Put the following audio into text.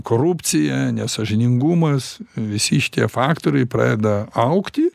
korupcija nesąžiningumas visi šitie faktoriai pradeda augti